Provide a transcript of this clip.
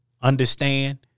understand